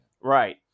Right